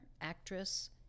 actress